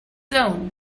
own